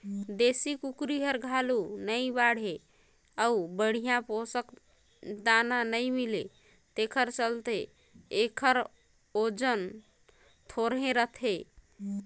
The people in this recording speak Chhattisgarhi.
देसी कुकरी हर हालु नइ बाढ़े अउ बड़िहा पोसक दाना नइ मिले तेखर चलते एखर ओजन थोरहें रहथे